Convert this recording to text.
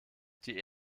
die